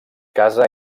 casa